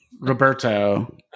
Roberto